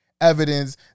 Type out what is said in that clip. evidence